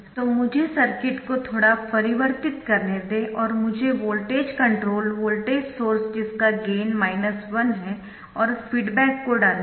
तो मुझे सर्किट को थोड़ा परिवर्तित करने दें और मुझे वोल्टेज कंट्रोल्ड वोल्टेज सोर्स जिसका गेन 1 है और फीडबैक को डालने दे